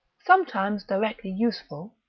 sometimes directly useful,